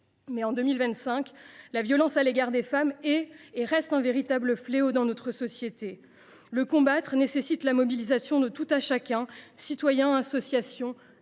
Mais, en 2025, la violence à l’égard des femmes est et reste un véritable fléau dans notre société. Le combattre nécessite la mobilisation de tout un chacun, citoyens, associations,